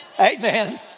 amen